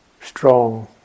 strong